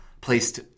placed